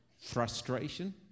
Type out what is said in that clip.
frustration